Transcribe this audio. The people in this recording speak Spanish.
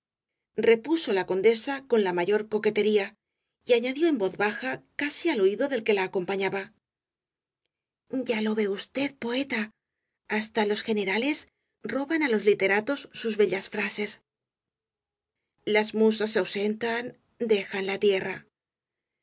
repuso la condesa con la mayor coquetería y añadió en voz baja casi al oído del que la acompañaba ya lo ve usted poeta hasta los generales roban á los literatos sus bellas frases las musas se ausentan dejan la tierra